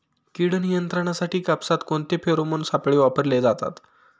कीड नियंत्रणासाठी कापसात कोणते फेरोमोन सापळे वापरले जातात?